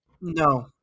No